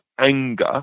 anger